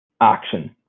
action